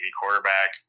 quarterback